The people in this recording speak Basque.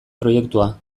proiektua